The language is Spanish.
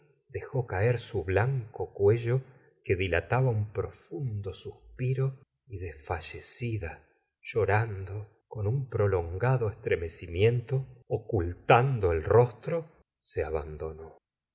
dejó caer su blanco cuello que dilataba un profundo suspiro y desfallecida llorando con un prolongado estremecimiento ocultando el rostro se abandonó las